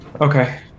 okay